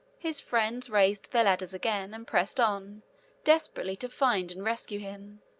his friends raised their ladders again, and pressed on desperately to find and rescue him.